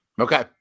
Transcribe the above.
Okay